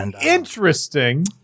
Interesting